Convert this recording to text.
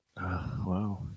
Wow